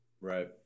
Right